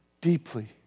Deeply